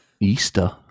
Easter